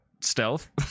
stealth